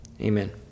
amen